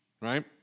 right